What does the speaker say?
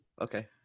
Okay